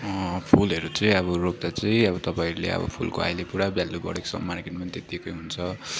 फुलहरू चाहिँ अब रोप्दा चाहिँ अब त तपाईँले अब फुलको अहिले पुरा भ्यालू बढेको छ मार्केटमा पनि त्यत्तिकै हुन्छ